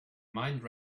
mind